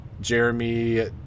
Jeremy